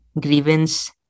grievance